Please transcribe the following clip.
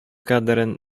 кадерен